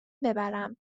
ببرم